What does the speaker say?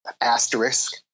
Asterisk